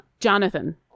Jonathan